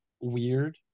weird